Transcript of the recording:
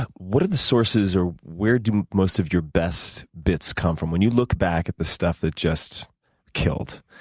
what are the sources, or where do most of your best bits come from? when you look back at the stuff that just killed,